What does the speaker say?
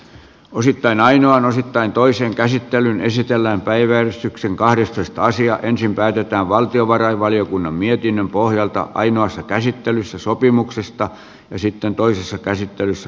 osittain ainoan osittain toisen käsittelyn esitellään päivystyksen kahdestoista sija ensin päätetään valtiovarainvaliokunnan mietinnön pohjalta ainoassa käsittelyssä sopimuksesta ja sitten toisessa käsittelyssä